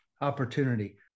opportunity